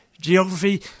Geography